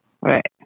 Right